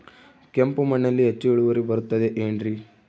ಕೆಂಪು ಮಣ್ಣಲ್ಲಿ ಹೆಚ್ಚು ಇಳುವರಿ ಬರುತ್ತದೆ ಏನ್ರಿ?